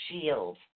shield